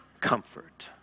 comfort